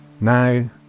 Now